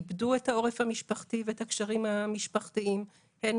איבדו את העורף המשפחתי ואת הקשרים המשפחתיים הן